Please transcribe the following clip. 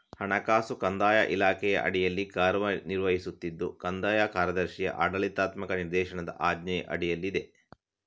ಹಣಕಾಸು ಕಂದಾಯ ಇಲಾಖೆಯ ಅಡಿಯಲ್ಲಿ ಕಾರ್ಯ ನಿರ್ವಹಿಸುತ್ತಿದ್ದು ಕಂದಾಯ ಕಾರ್ಯದರ್ಶಿಯ ಆಡಳಿತಾತ್ಮಕ ನಿರ್ದೇಶನದ ಆಜ್ಞೆಯ ಅಡಿಯಲ್ಲಿದೆ